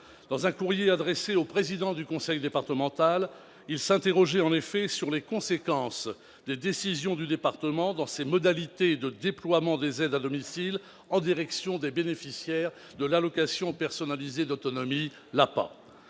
Dans un courrier adressé au président du conseil départemental, il s'interrogeait en effet sur les conséquences des décisions du département dans ses modalités de déploiement des aides à domicile en direction des bénéficiaires de l'allocation personnalisée d'autonomie, l'APA.